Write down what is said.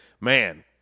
man